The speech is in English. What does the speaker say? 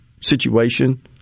situation